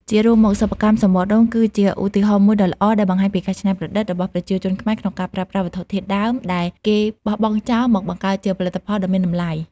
ជារួមមកសិប្បកម្មសំបកដូងគឺជាឧទាហរណ៍មួយដ៏ល្អដែលបង្ហាញពីការច្នៃប្រឌិតរបស់ប្រជាជនខ្មែរក្នុងការប្រើប្រាស់វត្ថុធាតុដើមដែលគេបោះបង់ចោលមកបង្កើតជាផលិតផលដ៏មានតម្លៃ។